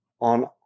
on